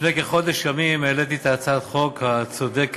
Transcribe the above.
לפני כחודש ימים העליתי את הצעת החוק הצודקת